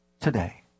today